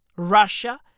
Russia